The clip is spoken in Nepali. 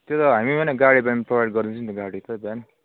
त्यो त हामी गाडी पायो भने प्रोभाइड गरिदिन्छ नि गाडी त बिहान